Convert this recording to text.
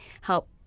help